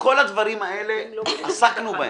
כל הדברים האלה כבר עסקנו בהם.